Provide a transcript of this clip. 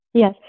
Yes